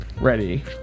Ready